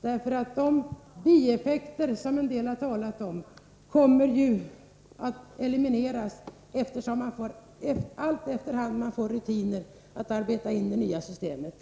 De bieffekter som en del talare har nämnt kommer ju att elimineras, allteftersom man får rutiner och arbetar in det nya systemet.